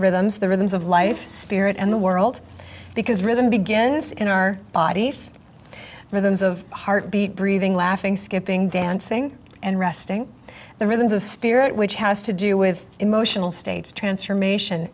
rhythms the rhythms of life spirit and the world because rhythm begin this in our bodies rhythms of heartbeat breathing laughing skipping dancing and resting the rhythms of spirit which has to do with emotional states transformation